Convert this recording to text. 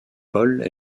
paul